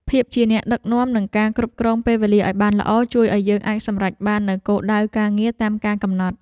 ភាពជាអ្នកដឹកនាំនិងការគ្រប់គ្រងពេលវេលាឱ្យបានល្អ ជួយឱ្យយើងអាចសម្រេចបាននូវគោលដៅការងារតាមការកំណត់។